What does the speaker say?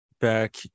back